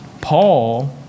Paul